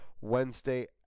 Wednesday